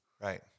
right